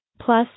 Plus